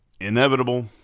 inevitable